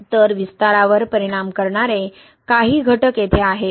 तर विस्तारावर परिणाम करणारे काही घटक येथे आहेत